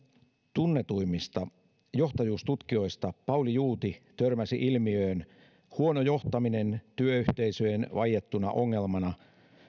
tunnetuimmista johtajuustutkijoista pauli juuti törmäsi ilmiöön huono johtaminen työyhteisöjen vaiettuna ongelmana